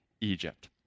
Egypt